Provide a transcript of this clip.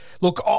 look